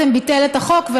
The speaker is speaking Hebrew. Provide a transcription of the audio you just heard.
בעצם ביטל את החוק,